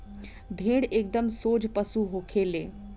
भेड़ एकदम सोझ पशु होखे ले